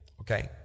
Okay